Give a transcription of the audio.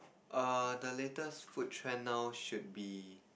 err the latest food trend now should be